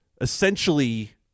essentially